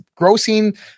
grossing